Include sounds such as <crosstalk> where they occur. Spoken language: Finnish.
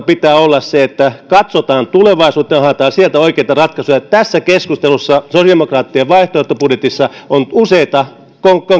<unintelligible> pitää olla se että katsotaan tulevaisuuteen ja haetaan sieltä oikeita ratkaisuja tässä keskustelussa sosiaalidemokraattien vaihtoehtobudjetissa on useita